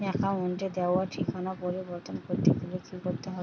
অ্যাকাউন্টে দেওয়া ঠিকানা পরিবর্তন করতে গেলে কি করতে হবে?